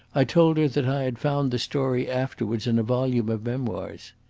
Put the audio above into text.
i told her that i had found the story afterwards in a volume of memoirs.